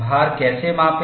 भार कैसे मापें